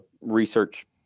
research